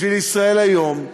בשביל "ישראל היום".